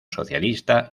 socialista